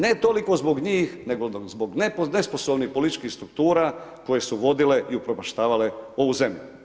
Ne toliko zbog njih nego zbog nesposobnih političkih struktura, koje su vodile i upropaštavale ovu zemlju.